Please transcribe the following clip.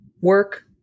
work